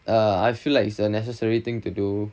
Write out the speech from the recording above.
uh I feel like it's a necessary thing to do